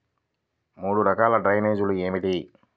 మూడు రకాల డ్రైనేజీలు ఏమిటి?